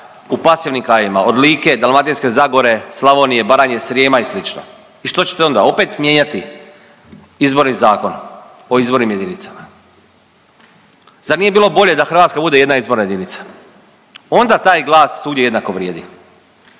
u pasivnim krajevima od Like, Dalmatinske zagore, Slavonije, Baranje, Srijema i slično. I što ćete onda opet mijenjati izborni Zakon o izbornim jedinicama? Zar nije bilo bolje da Hrvatska bude jedna izborna jedinica, onda taj glas svugdje jednako vrijedi,